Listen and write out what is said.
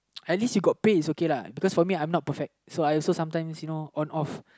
at least you got pay is okay lah because you know for me I'm not perfect so I also sometimes you know on off